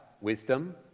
wisdom